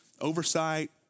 oversight